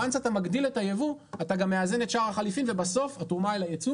ברגע שאתה מגדיל את היבוא אתה גם מאזן את שער החליפין ובסוף התרומה ליצוא